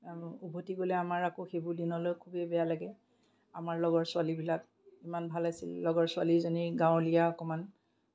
আৰু উভতি গ'লে আমাৰ আকৌ সেইবোৰ দিনলৈ খুবেই বেয়া লাগে আমাৰ লগৰ ছোৱালীবিলাক ইমান ভাল আছিল লগৰ ছোৱালী এজনী গাঁৱলীয়া অকণমান